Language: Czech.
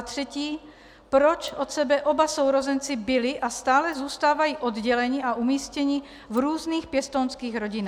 3. proč od sebe oba sourozenci byli a stále zůstávají odděleni a umístěni v různých pěstounských rodinách.